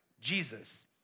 Jesus